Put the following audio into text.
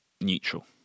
neutral